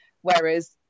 whereas